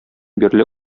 бирле